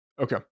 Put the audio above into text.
Okay